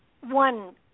one